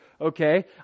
Okay